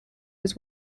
was